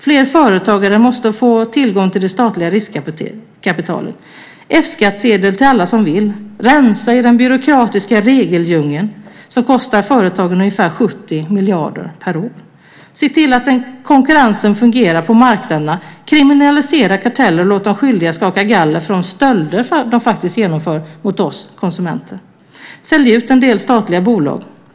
Fler företagare måste få tillgång till det statliga riskkapitalet. Ge F-skattsedel till alla som vill. Rensa i den byråkratiska regeldjungeln, som kostar företagen ungefär 70 miljarder per år. Se till att konkurrensen fungerar på marknaderna. Kriminalisera karteller och låt de skyldiga skaka galler för de stölder de faktiskt genomför mot oss konsumenter. Sälj ut en del statliga bolag.